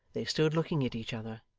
they stood looking at each other,